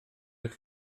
eich